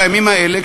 בימים האלה,